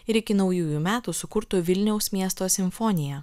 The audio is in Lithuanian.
ir iki naujųjų metų sukurtų vilniaus miesto simfoniją